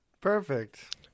Perfect